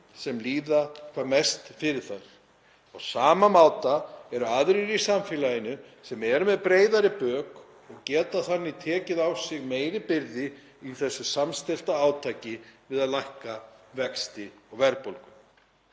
sem líða hvað mest fyrir þær. Á sama máta eru aðrir í samfélaginu sem eru með breiðari bök og geta þannig tekið á sig meiri byrði í þessu samstillta átaki við að lækka vexti og verðbólgu.